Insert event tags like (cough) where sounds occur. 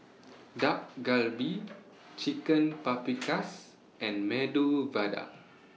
Dak (noise) Galbi Chicken Paprikas (noise) and Medu Vada